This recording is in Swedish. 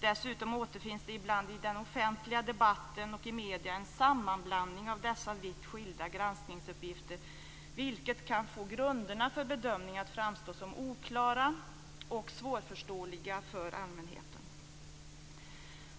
Dessutom återfinns det ibland i den offentliga debatten och i medierna en sammanblandning av dessa vitt skilda granskningsuppgifter, vilket kan få grunderna för bedömningen att framstå som oklara och svårförståeliga för allmänheten.